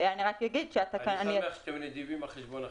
--- אני שמח שאתם נדיבים על חשבון אחרים.